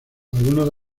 algunos